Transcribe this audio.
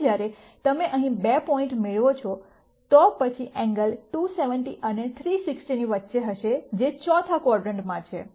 હવે જ્યારે તમે અહીં બે પોઇન્ટ મેળવો છો તો પછી એંગલ 270 અને 360 ની વચ્ચે હશે જે ચોથા ક્વાડ્રન્ટમાં છે